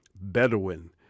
Bedouin